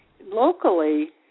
locally